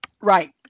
Right